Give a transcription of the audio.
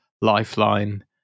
lifeline